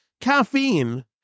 caffeine